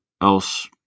else